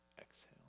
Exhale